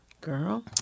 girl